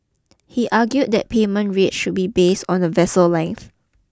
he argue that payment rate should be based on the vessel length